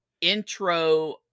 intro